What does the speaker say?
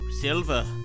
silver